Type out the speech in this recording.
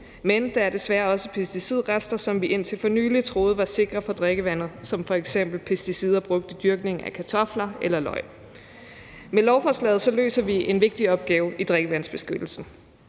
men der er desværre også pesticidrester, som vi indtil for nylig troede var sikre for drikkevandet, som f.eks. pesticider brugt i dyrkning af kartofler eller løg. Med lovforslaget løser vi en vigtig opgave i drikkevandsbeskyttelsen,